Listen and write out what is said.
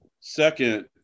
Second